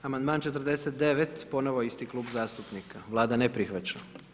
Amandman 49. ponovo isti klub zastupnika, Vlada ne prihvaća.